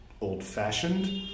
old-fashioned